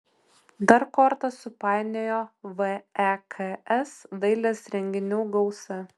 dar kortas supainiojo veks dailės renginių gausa